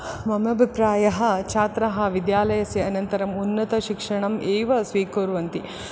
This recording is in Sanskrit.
मम अभिप्रायः छात्रः विद्यालयस्य अनन्तरम् उन्नतशिक्षणम् एव स्वीकुर्वन्ति